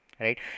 Right